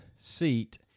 seat